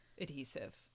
adhesive